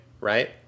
right